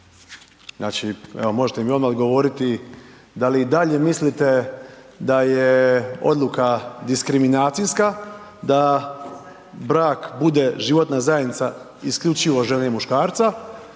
znači evo možete mi odmah odgovoriti da li i dalje mislite da je odluka diskriminacijska, da brak bude životna zajednica isključivo žene i muškarca